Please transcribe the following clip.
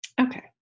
Okay